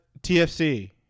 TFC